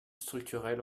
structurel